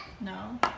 no